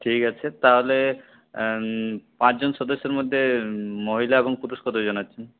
ঠিক আছে তাহলে পাঁচ জন সদস্যের মধ্যে মহিলা এবং পুরুষ কত জন আছেন